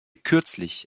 kürzlich